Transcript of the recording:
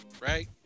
right